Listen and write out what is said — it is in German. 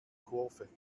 kurve